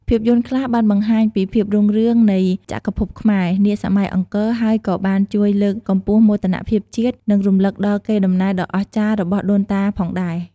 ភាពយន្តខ្លះបានបង្ហាញពីភាពរុងរឿងនៃចក្រភពខ្មែរ នាសម័យអង្គរហើយក៏បានជួយលើកកម្ពស់មោទនភាពជាតិ និងរំលឹកដល់កេរដំណែលដ៏អស្ចារ្យរបស់ដូនតាផងដែរ ។